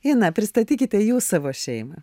ina pristatykite jūs savo šeimą